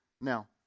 Now